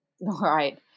right